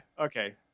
Okay